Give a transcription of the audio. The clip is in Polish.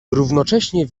równocześnie